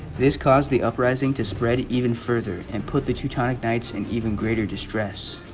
this caused the uprising to spread even further and put the teutonic knights and even greater distress